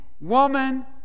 woman